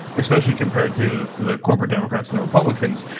especially compared to the corporate democrats and the republicans.